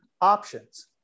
options